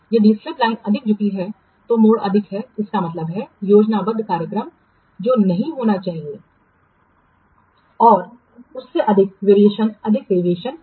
यदि slip line अधिक झुकी हुई है तो मोड़ अधिक हैं इसका मतलब है योजनाबद्ध कार्यक्रम जो नहीं होना चाहिए उससे अधिक वेरिएशन अधिक डेविएशन है